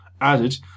added